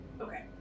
Okay